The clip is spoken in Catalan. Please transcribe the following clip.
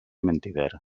mentider